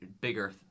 bigger